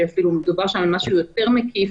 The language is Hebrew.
שמדובר שם על משהו יותר מקיף,